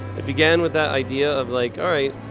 it began with that idea of, like all right,